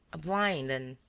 a blind and.